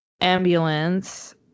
ambulance